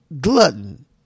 glutton